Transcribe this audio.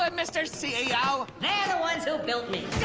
um mr. ceo! they're the ones who built me!